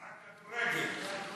משחק כדורגל.